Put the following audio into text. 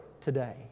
today